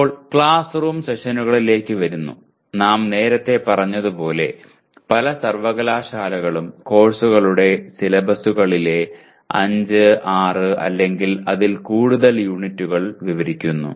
ഇപ്പോൾ class room സെഷനുകളിലേക്ക് വരുന്നു നാം നേരത്തെ പറഞ്ഞതുപോലെ പല സർവകലാശാലകളും കോഴ്സുകളുടെ സിലബസുകളെ 5 6 അല്ലെങ്കിൽ അതിൽ കൂടുതൽ യൂണിറ്റുകളിൽ വിവരിക്കുന്നു